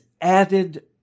added